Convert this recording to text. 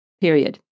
Period